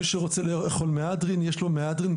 מי שרוצה לאכול מהדרין יש לו מהדרין,